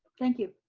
thank you.